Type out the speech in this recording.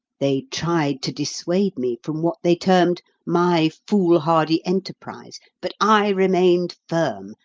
they tried to dissuade me from what they termed my foolhardy enterprise, but i remained firm,